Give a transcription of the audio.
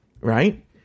Right